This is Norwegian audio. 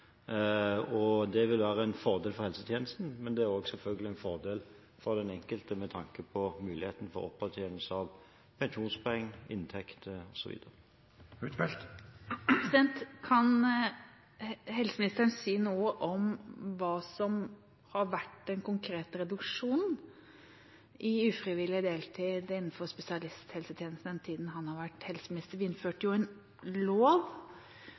Det vil være en fordel for helsetjenesten, men det er selvfølgelig også en fordel for den enkelte med tanke på muligheten for opptjening av pensjonspoeng, inntekt osv. Kan helseministeren si noe om hva som har vært den konkrete reduksjonen i ufrivillig deltid innenfor spesialisthelsetjenesten den tiden han har vært helseminister? Vi innførte jo en lov